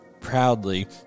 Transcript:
proudly